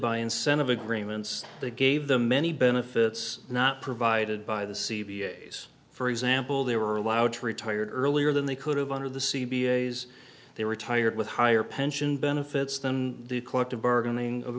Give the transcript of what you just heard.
by incentive agreements they gave them many benefits not provided by the c v s for example they were allowed to retire earlier than they could have under the c b a's they were tired with higher pension benefits than the collective bargaining